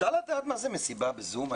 אפשר לדעת מה זאת מסיבה ב-זום?